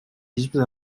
hiçbir